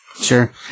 Sure